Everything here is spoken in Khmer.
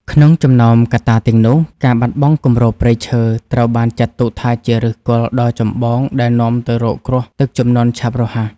ក្នុងចំណោមកត្តាទាំងនោះ ការបាត់បង់គម្របព្រៃឈើត្រូវបានចាត់ទុកថាជាឫសគល់ដ៏ចម្បងដែលនាំទៅរកគ្រោះទឹកជំនន់ឆាប់រហ័ស។